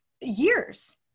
years